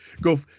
go